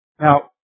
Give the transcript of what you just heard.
Now